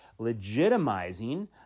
legitimizing